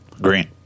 green